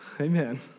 Amen